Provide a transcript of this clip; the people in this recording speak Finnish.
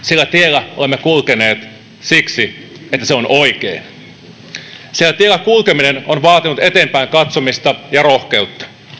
sillä tiellä olemme kulkeneet siksi että se on oikein sillä tiellä kulkeminen on vaatinut eteenpäin katsomista ja rohkeutta